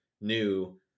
new